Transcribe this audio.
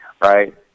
right